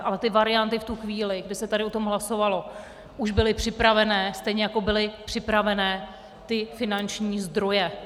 Ale ty varianty v tu chvíli, kdy se tady o tom hlasovalo, už byly připravené, stejně jako byly připravené finanční zdroje.